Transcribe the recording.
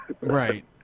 Right